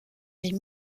les